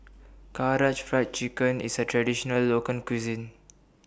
Karaage Fried Chicken IS A Traditional Local Cuisine